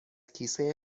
کیسه